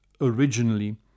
originally